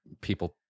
people